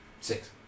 six